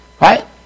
right